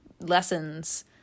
lessons